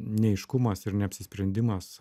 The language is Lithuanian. neaiškumas ir neapsisprendimas